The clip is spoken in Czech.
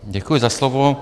Děkuji za slovo.